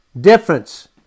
difference